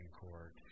Court